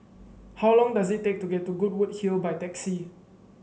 how long does it take to get to Goodwood Hill by taxi